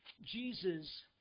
Jesus